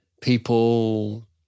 people